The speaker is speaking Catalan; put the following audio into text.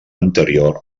anterior